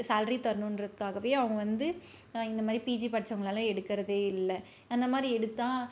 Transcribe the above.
salary தரணுன்றத்காகவே அவங்க வந்து இந்த மாதிரி பிஜி படித்தவுங்ளலாம் எடுக்கிறதே இல்லை அந்த மாதிரி எடுத்தால்